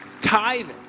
tithing